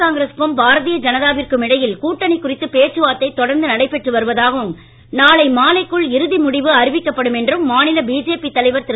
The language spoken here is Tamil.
காங்கிரசுக்கும் பாரதீய ஜனதாவிற்கும் இடையில் கூட்டணி குறித்து பேச்சுவார்த்தை தொடர்ந்து நடைபெற்று வருவதாகவும் நாளை மாலைக்குள் இறுதி முடிவு அறிவிக்கப்படும் என்றும் மாநில பிஜேபி தலைவர் திரு